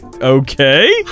okay